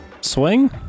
swing